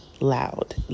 loud